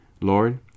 lord